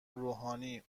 روحانی